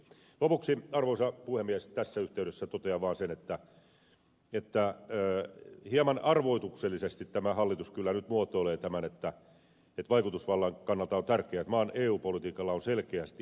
lopuksi arvoisa puhemies tässä yhteydessä totean vaan sen että hieman arvoituksellisesti tämä hallitus kyllä nyt muotoilee tämän että vaikutusvallan kannalta on tärkeää että maan eu politiikalla on selkeästi identifioitava johto